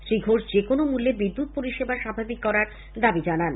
শ্রী ঘোষ যেকোনো মূল্যে বিদ্যুৎ পরিষেবা স্বাভাবিক করার দাবি জানান